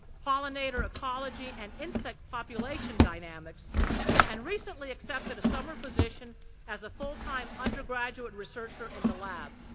pollinator ecology and insect population dynamics and recently accepted a summer position as a full time undergraduate researcher in the lab.